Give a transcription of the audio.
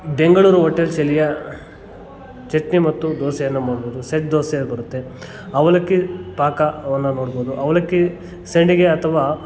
Bengaluru hotel ಶೈಲಿಯ ಚಟ್ನಿ ಮತ್ತು ದೋಸೆಯನ್ನು ಮಾಡ್ಬೌದು ಸೆಟ್ ದೋಸೆ ಬರುತ್ತೆ ಅವಲಕ್ಕಿ ಪಾಕವನ್ನು ನೋಡ್ಬೌದು ಅವಲಕ್ಕಿ ಸಂಡಿಗೆ ಅಥವಾ